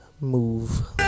move